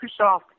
Microsoft